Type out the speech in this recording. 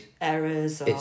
errors